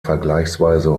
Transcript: vergleichsweise